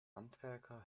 handwerker